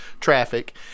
traffic